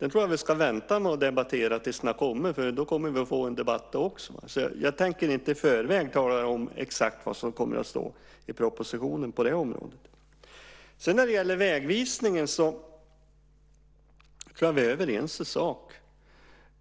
Jag tror att vi ska vänta med att debattera innehållet i den tills den har kommit. Vi kommer att få en debatt då också. Jag tänker inte i förväg tala om exakt vad som kommer att stå i propositionen på det området. Jag tror att vi är överens i sak när det gäller vägvisningen.